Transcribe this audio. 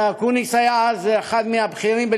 אקוניס אז היה אחד מהבכירים באוצר,